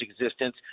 existence